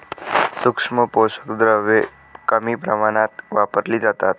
सूक्ष्म पोषक द्रव्ये कमी प्रमाणात वापरली जातात